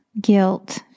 guilt